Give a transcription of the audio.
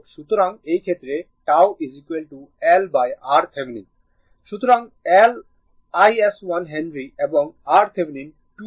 সুতরাং এই ক্ষেত্রে τ LRThevenin সুতরাং L iS1 হেনরি এবং RThevenin 2 Ω